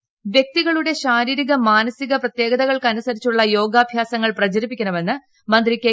ശൈലജ വ്യക്തികളുടെ ശാരീരികമാനസിക പ്രത്യേകതകൾക്കനുസരിച്ചുള്ള യോഗാഭ്യാസങ്ങൾ പ്രചരിപ്പിക്കണമെന്ന് മന്ത്രി കെ